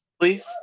Please